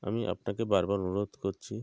আমি আপনাকে বার বার অনুরোধ করছি